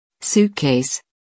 Suitcase